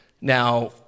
Now